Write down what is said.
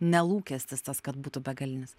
ne lūkestis tas kad būtų begalinis